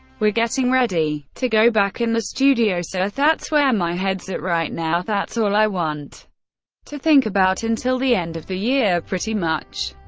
we're getting ready to go back in the studio, so that's where my head's at right now, that's all i want to think about until the end of the year, pretty much.